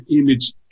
image